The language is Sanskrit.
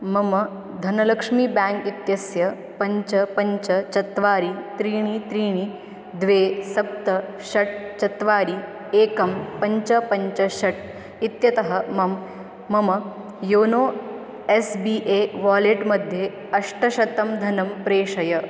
मम धनलक्ष्मी बेङ्क् इत्यस्य पञ्च पञ्च चत्वारि त्रीणि त्रीणि द्वे सप्त षट् चत्वारि एकं पञ्च पञ्च षट् इत्यतः मम मम योनो एस् बी ए वालेट्मध्ये अष्टशतं धनं प्रेषय